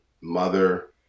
Mother